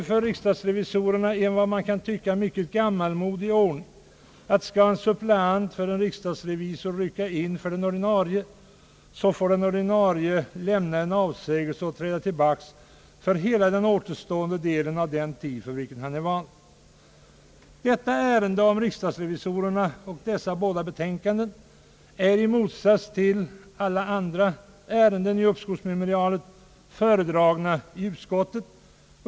För riksdagsrevisorerna gäller en som man kan tycka mycket gammalmodig ordning, att om en suppleant för en riksdagsrevisor skall rycka in för den ordinarie, får den ordinarie lämna en avsägelse eller träda tillbaka för hela den återstående tid för vilken han är vald. Detta ärende om riksdagsrevisorerna och dessa båda betänkanden är i motsats till alla andra ärenden i uppskovsmemorialet föredragna i utskottet.